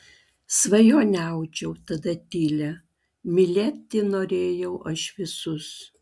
svajonę audžiau tada tylią mylėti norėjau aš visus